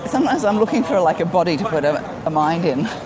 so i'm looking for like a body to put ah a mind in,